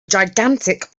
gigantic